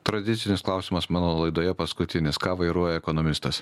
tradicinis klausimas mano laidoje paskutinis ką vairuoja ekonomistas